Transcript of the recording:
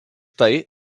tai